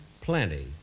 Plenty